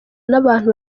n’abantu